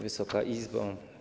Wysoka Izbo!